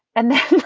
and then